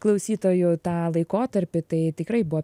klausytojų tą laikotarpį tai tikrai buvo